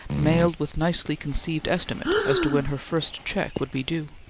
mailed with nicely conceived estimate as to when her first check would be due.